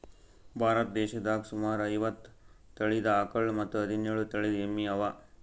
ಭಾರತ್ ದೇಶದಾಗ್ ಸುಮಾರ್ ಐವತ್ತ್ ತಳೀದ ಆಕಳ್ ಮತ್ತ್ ಹದಿನೇಳು ತಳಿದ್ ಎಮ್ಮಿ ಅವಾ